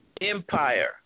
Empire